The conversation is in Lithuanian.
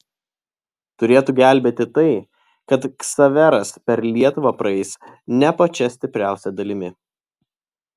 turėtų gelbėti tai kad ksaveras per lietuvą praeis ne pačia stipriausia dalimi